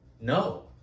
No